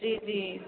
जी जी